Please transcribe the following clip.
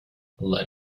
let